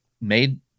made